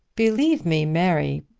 believe me, mary,